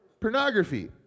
pornography